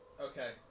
Okay